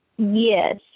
Yes